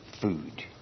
food